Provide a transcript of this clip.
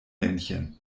männchen